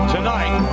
Tonight